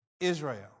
Israel